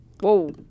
Whoa